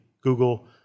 Google